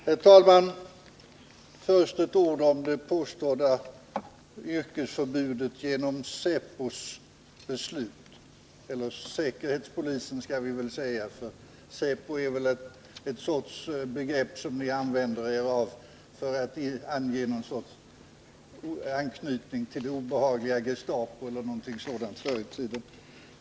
Herr talman! Först ett par ord om det påstådda yrkesförbudet, som skulle råda genom beslut av säpo, eller vi skall kanske hellre säga säkerhetspolisen, eftersom säpo är ett begrepp som ni använder er av för att ange någon sorts anknytning till det obehagliga Gestapo eller något sådant förr i tiden.